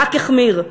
רק החמיר.